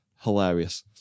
Hilarious